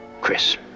Chris